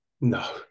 No